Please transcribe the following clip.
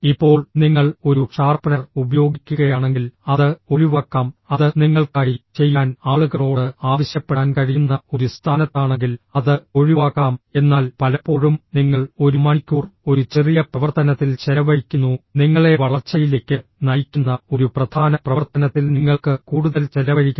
ഇപ്പോൾ നിങ്ങൾ ഒരു ഷാർപ്പ്നർ ഉപയോഗിക്കുകയാണെങ്കിൽ അത് ഒഴിവാക്കാം അത് നിങ്ങൾക്കായി ചെയ്യാൻ ആളുകളോട് ആവശ്യപ്പെടാൻ കഴിയുന്ന ഒരു സ്ഥാനത്താണെങ്കിൽ അത് ഒഴിവാക്കാം എന്നാൽ പലപ്പോഴും നിങ്ങൾ ഒരു മണിക്കൂർ ഒരു ചെറിയ പ്രവർത്തനത്തിൽ ചെലവഴിക്കുന്നു നിങ്ങളെ വളർച്ചയിലേക്ക് നയിക്കുന്ന ഒരു പ്രധാന പ്രവർത്തനത്തിൽ നിങ്ങൾക്ക് കൂടുതൽ ചെലവഴിക്കാം